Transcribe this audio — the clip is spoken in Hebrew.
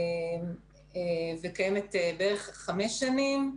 וקיימת בערך חמש שנים.